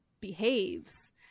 behaves